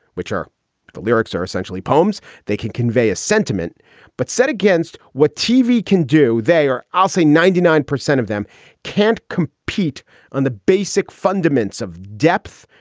which are the lyrics are essentially poems. they can convey a sentiment but set against what tv can do. they are i'll say ninety nine percent of them can't compete on the basic fundaments of depth,